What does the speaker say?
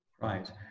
Right